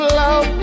love